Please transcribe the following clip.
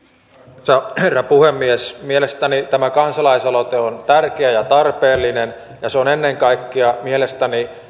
arvoisa herra puhemies mielestäni tämä kansalaisaloite on tärkeä ja tarpeellinen ja se on ennen kaikkea mielestäni